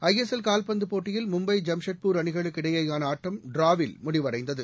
ஐ S L கால்பந்து போட்டியில் மும்பை ஜாம்ஷெட்பூர் அணிகளுக்கிடையிலான ஆட்டம் டிராவில் முடிவடைந்தது